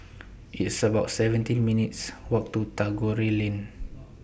It's about seventeen minutes' Walk to Tagore Road